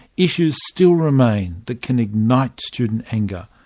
issues still remain that can ignite student anger.